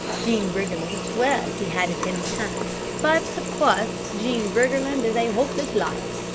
jean briggerland swears he had it in his hand, but, of course, jean briggerland is a hopeless liar!